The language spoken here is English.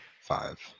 five